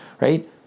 right